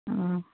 অঁ